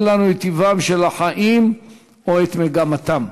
לנו את טיבם של החיים או את מגמתם.